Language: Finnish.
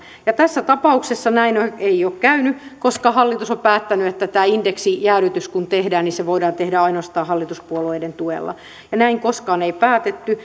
ja tässä tapauksessa näin ei ole käynyt koska hallitus on päättänyt että tämä indeksijäädytys kun tehdään niin se voidaan tehdä ainoastaan hallituspuolueiden tuella ja näin koskaan ei päätetty